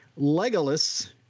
Legolas